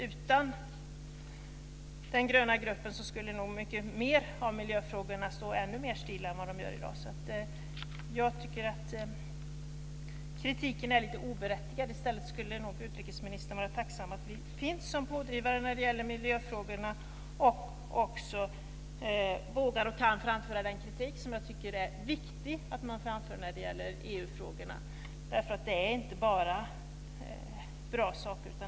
Utan den gröna gruppen skulle miljöfrågorna stå ännu mer still än i dag. Kritiken är oberättigad. I stället skulle utrikesministern vara tacksam att vi finns som pådrivare i miljöfrågorna. Vi vågar också framföra den kritik som är viktig att framföra i EU-frågorna. Det är inte bara bra saker.